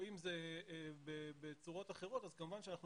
או אם זה בצורות אחרות כמובן שאנחנו